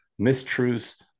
mistruths